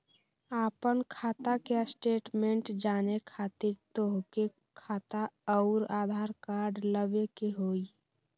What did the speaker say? आपन खाता के स्टेटमेंट जाने खातिर तोहके खाता अऊर आधार कार्ड लबे के होइ?